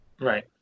Right